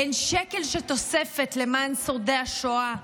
אין שקל של תוספת למען שורדי השואה.